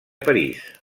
parís